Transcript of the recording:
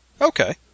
Okay